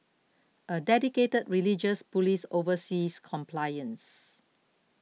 a dedicated religious police oversees compliance